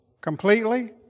completely